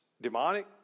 demonic